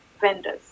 vendors